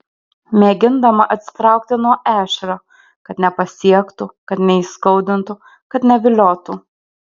mėgindama atsitraukti nuo ešerio kad nepasiektų kad neįskaudintų kad neviliotų